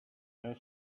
and